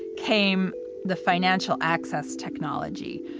came the financial access technology.